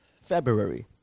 February